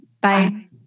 Bye